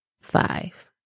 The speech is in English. five